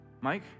Mike